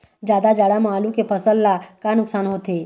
जादा जाड़ा म आलू के फसल ला का नुकसान होथे?